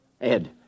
Ed